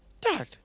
Dad